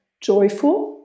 joyful